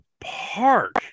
park